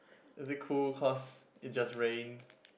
is it cool cause it just rained